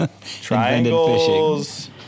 Triangles